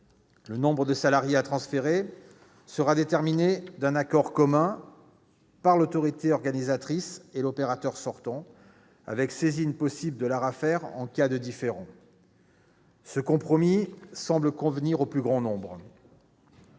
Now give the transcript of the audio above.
Le nombre de salariés à transférer sera déterminé d'un commun accord par l'autorité organisatrice et l'opérateur sortant, avec possibilité de saisine de l'ARAFER en cas de différend. Ce compromis semble convenir au plus grand nombre.